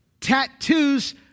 tattoos